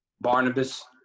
Barnabas